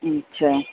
अछा